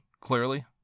clearly